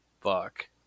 fuck